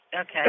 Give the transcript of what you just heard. Okay